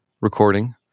Recording